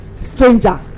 stranger